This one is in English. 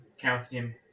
calcium